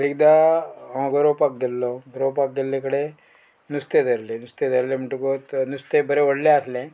एकदा हांव गोरोवपाक गेल्लो गोरोवपाक गेल्ले कडेन नुस्तें धरलें नुस्तें धरलें म्हणटकूत नुस्तें बरें व्हडलें आसलें